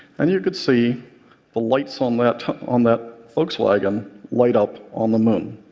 and you could see the lights on that on that volkswagen light up on the moon.